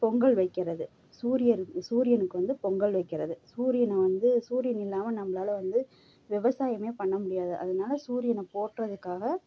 பொங்கல் வைக்கிறது சூரியன் சூரியனுக்கு வந்து பொங்கல் வைக்கிறது சூரியனை வந்து சூரியன் இல்லாமல் நம்மளால் வந்து விவசாயமே பண்ண முடியாது அதனாலே சூரியனை போற்றுறத்துக்காக